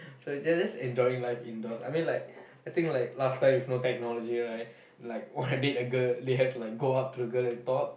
so they are just enjoying life indoors I mean I think like last time with no technology right like wanna date a girl they have to like go up to the girl and talk